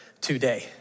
today